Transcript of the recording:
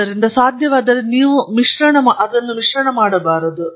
ಆದ್ದರಿಂದ ಸಾಧ್ಯವಾದರೆ ಅವರನ್ನು ನೀವು ಮಿಶ್ರಣ ಮಾಡಬಾರದು